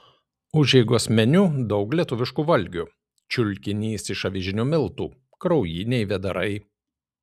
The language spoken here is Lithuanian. užeigos meniu daug lietuviškų valgių čiulkinys iš avižinių miltų kraujiniai vėdarai